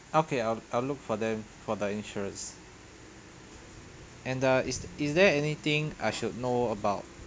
okay I'll look for them for the insurance and the is is there anything I should know about